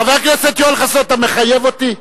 למה אתה לא, חבר הכנסת יואל חסון, אתה מחייב אותי?